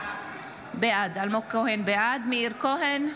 בעד מאיר כהן,